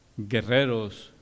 guerreros